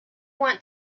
want